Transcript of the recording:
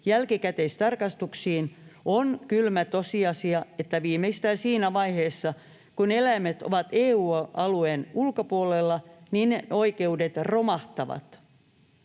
jälkikäteistarkastuksiin, on kylmä tosiasia, että viimeistään siinä vaiheessa, kun eläimet ovat EU-alueen ulkopuolella, ne oikeudet romahtavat.